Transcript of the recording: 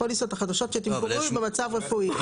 הפוליסות החדשות שיתומחרו הן במצב רפואי,